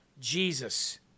Jesus